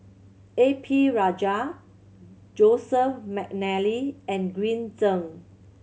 A P Rajah Joseph McNally and Green Zeng